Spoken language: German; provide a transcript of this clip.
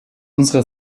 unserer